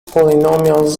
polynomials